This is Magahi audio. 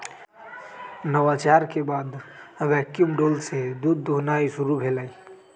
नवाचार के बाद वैक्यूम डोल से दूध दुहनाई शुरु भेलइ